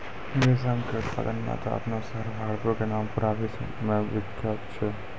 रेशम के उत्पादन मॅ त आपनो शहर भागलपुर के नाम पूरा विश्व मॅ विख्यात छै